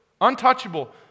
Untouchable